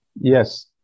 Yes